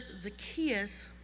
Zacchaeus